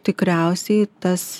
tikriausiai tas